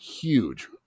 huge